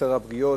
"עשר הפגיעות",